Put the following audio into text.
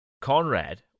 Conrad